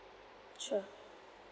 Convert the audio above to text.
sure